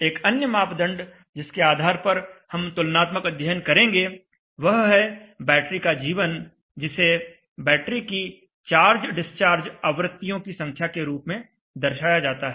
एक अन्य मापदंड जिसके आधार पर हम तुलनात्मक अध्ययन करेंगे वह है बैटरी का जीवन जिसे बैटरी की चार्ज डिस्चार्ज आवृत्तियों की संख्या के रूप में दर्शाया जाता है